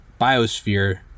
biosphere